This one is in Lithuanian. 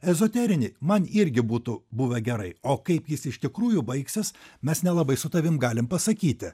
ezoterinį man irgi būtų buvę gerai o kaip jis iš tikrųjų baigsis mes nelabai su tavim galim pasakyti